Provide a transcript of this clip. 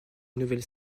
nouvelle